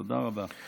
תודה רבה.